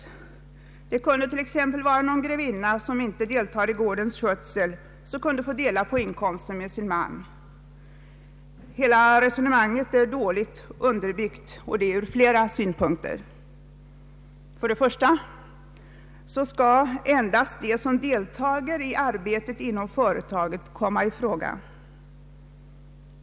I det sammanhanget gavs ett exempel med en grevinna som ej deltar i gårdens skötsel men som ändå kunde få dela inkomsten med sin man. Hela detta resonemang är dåligt underbyggt ur flera synpunkter. För det första skall endast de som deltar i arbetet inom företaget komma i fråga.